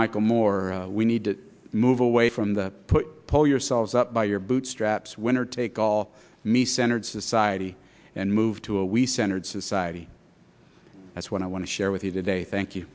michael moore we need to move away from the put pull yourself up by your bootstraps winner take all me centered society and move to a we centered society that's what i want to share with you today thank you